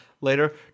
later